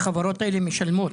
החברות האלה משלמות,